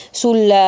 sul